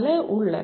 பல உள்ளன